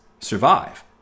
survive